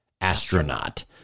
astronaut